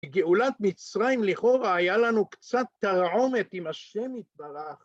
גאולת מצרים לכאורה היה לנו קצת תרעומת, אם השם יתברך.